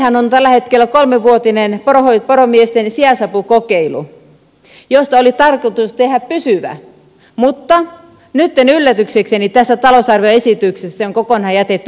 meneillään on tällä hetkellä kolmevuotinen poromiesten sijaisapukokeilu josta oli tarkoitus tehdä pysyvä mutta nyt yllätyksekseni tästä talousarvioesityksestä se on kokonaan jätetty pois